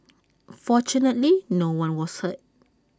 fortunately no one was hurt